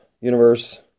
Universe